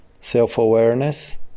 self-awareness